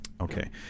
Okay